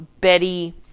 Betty